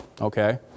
okay